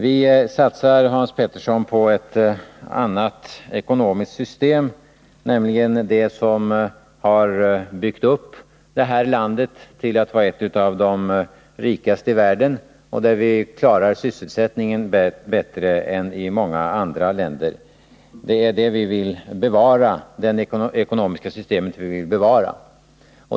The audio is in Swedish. Vi satsar, Hans Petersson i Hallstahammar, på ett annat ekonomiskt system, nämligen det som har byggt upp vårt land till att vara ett av de rikaste i världen och där vi klarar sysselsättningen bättre än i många andra länder. Det är det ekonomiska systemet vi vill bevara.